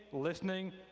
listening,